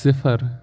صِفر